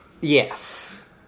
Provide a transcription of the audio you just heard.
yes